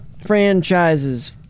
franchises